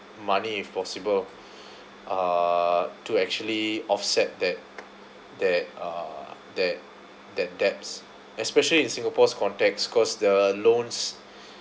money if possible uh to actually offset that that uh that that debts especially in Singapore's context cause the loans